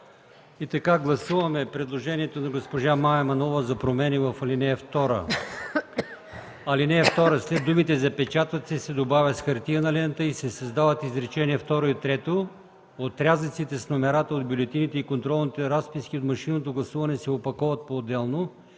Гласуваме предложението на госпожа Мая Манолова за промени в ал. 2: в ал. 2 след думите „запечатват се” се добавя „с хартиена лента” и се създават изречения второ и трето: „Отрязъците с номерата от бюлетините и контролните разписки от машинното гласуване се опаковат поотделно